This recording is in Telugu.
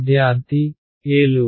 విద్యార్థి a లు